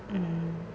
mm